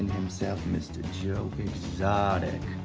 himself, mr. joe exotic.